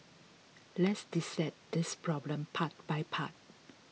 let's dissect this problem part by part